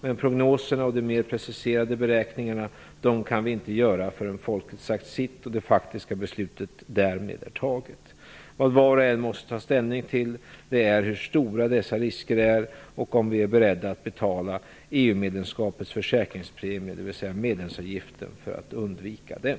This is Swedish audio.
Men prognoserna och de mer preciserade beräkningarna, dem kan vi inte göra förrän folket sagt sitt och det faktiska beslutet därmed är taget. Vad var och en måste ta ställning till, det är hur stora dessa risker är och om vi är beredda att betala medlemsavgifter, för att undvika dem.